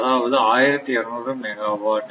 அதாவது 1200 மெகாவாட்